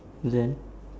then